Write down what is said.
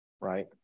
Right